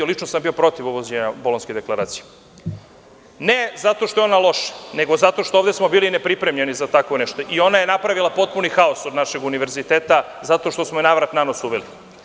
Lično sam bio protiv uvođenja Bolonjske deklaracije, ne zato što je ona loša, nego zato što smo ovde bili nepripremljeni za tako nešto i ona je napravila totalni haos od našeg univerziteta, zato što smo je navrat nanos uveli.